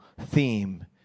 theme